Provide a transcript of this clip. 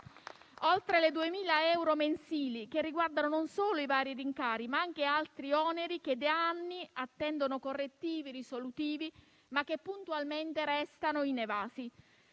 oltre 2.000 euro mensili, che riguardano non solo i vari rincari, ma anche altri oneri che da anni attendono correttivi risolutivi, restando però puntualmente inevasi.